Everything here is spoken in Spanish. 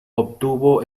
obtuvo